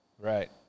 Right